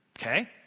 Okay